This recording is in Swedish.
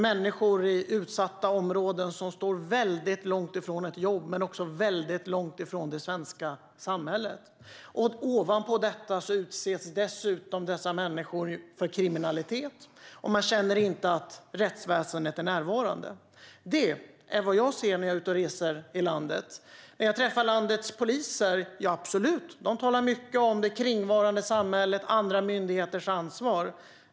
Människor i utsatta områden står mycket långt från ett jobb och mycket långt från det svenska samhället. Ovanpå detta utsätts dessa människor för kriminalitet, och de känner inte att rättsväsendet är närvarande. Det är vad jag ser när jag reser ute i landet. När jag träffar landets poliser talar de mycket om det kringvarande samhället och andra myndigheters ansvar - absolut!